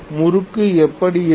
முறுக்கு எப்படி இருக்கும்